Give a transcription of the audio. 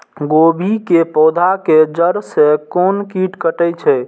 गोभी के पोधा के जड़ से कोन कीट कटे छे?